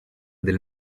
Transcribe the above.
del